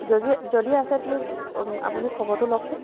যজি যদি আছে প্লিজ আপুনি খবৰটো লওকচোন